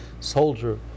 soldier